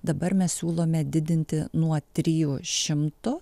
dabar mes siūlome didinti nuo trijų šimtų